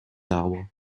arbre